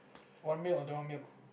want milk or don't want milk